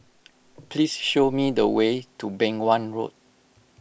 please show me the way to Beng Wan Road